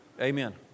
Amen